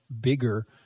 bigger